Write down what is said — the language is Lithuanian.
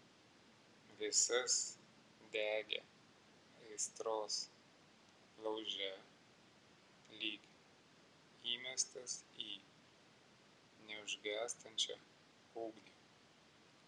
visas degė aistros lauže lyg įmestas į neužgęstančią ugnį